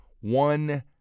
one